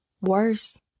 worse